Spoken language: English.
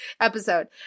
episode